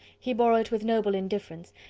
he bore it with noble indifference,